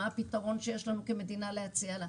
מה הפתרון שיש לנו כמדינה להציע לה?